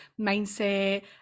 mindset